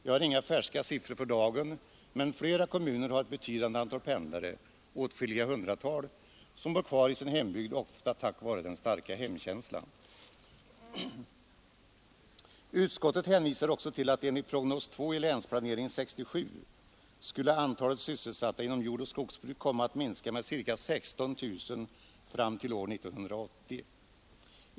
Jag har inga siffror som är färska för dagen, men flera kommuner har ett betydande antal pendlare — åtskilliga hundratal — som bor kvar i sin hembygd tack vare den starka hemkänslan. Utskottet hänvisar också till att antalet sysselsatta inom jordoch skogsbruk enligt prognos 2 i Länsplanering 67 skulle komma att minska med ca 16 000 fram till år 1980.